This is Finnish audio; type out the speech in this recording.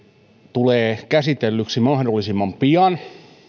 tulee käsitellyksi mahdollisimman pian